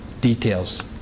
details